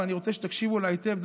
ואני רוצה שתקשיבו לה היטב,